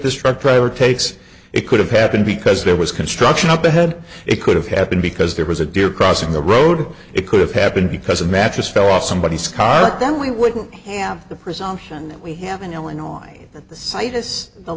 this truck driver takes it could have happened because there was construction up ahead it could have happened because there was a deer crossing the road it could have happened because a mattress fell off somebody's scar but then we wouldn't have the presumption that we have in illinois at the s